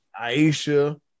Aisha